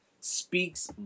speaks